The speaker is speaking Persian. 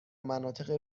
مناطق